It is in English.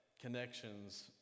connections